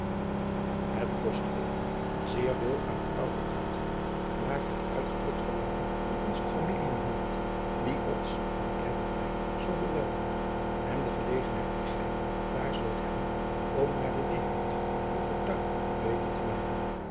het kost veel zeer veel aan het ouderlijk hart maar het uitgedrukt verlangen van onze familie in holland die ons van tijd tot tijd zooveel weldoet en de gelegenheid die gij daar zult hebben om naar de wereld uw fortuin beter te maken